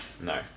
No